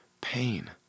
pain